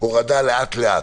הורדה לאט-לאט.